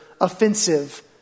offensive